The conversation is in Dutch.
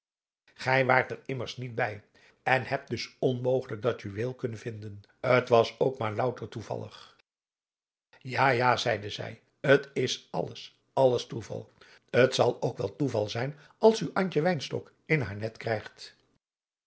gij waart er immers niet bij en hebt dus onmogelijk dat juweel kunnen vinden t was ook maar louter toevallig ja ja zeide zij t is alles alles toeval t zal ook wel toeval zijn als u antje wynstok in haar net krijgt